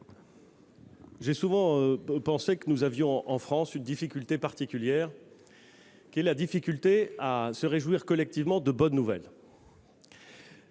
j'ai souvent pensé que nous avions, en France, une difficulté particulière à nous réjouir collectivement de bonnes nouvelles.